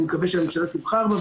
אני מקווה שהממשלה תבחר בו,